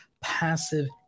passive